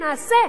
נעשה,